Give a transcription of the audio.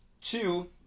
Two